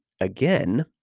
again